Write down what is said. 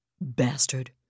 Bastard